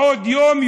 בעוד יום,